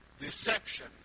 deception